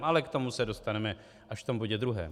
Ale k tomu se dostaneme až v tom bodě druhém.